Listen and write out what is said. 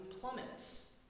plummets